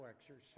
exercise